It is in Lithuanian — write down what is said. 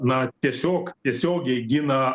na tiesiog tiesiogiai gina